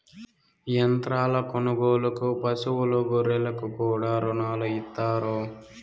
యంత్రాల కొనుగోలుకు పశువులు గొర్రెలకు కూడా రుణాలు ఇత్తారు